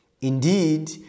Indeed